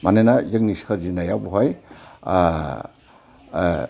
मानोना जोंनि सोरजिनाया बहाय